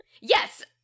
Yes